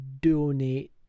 donate